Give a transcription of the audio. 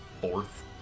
fourth